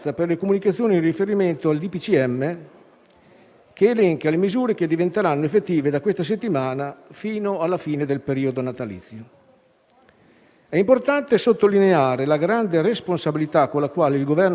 È importante sottolineare la grande responsabilità con la quale il Governo sta affrontando la crisi pandemica e il grande realismo con il quale prende le importanti decisioni contenute nei provvedimenti emanati.